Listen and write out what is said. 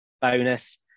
bonus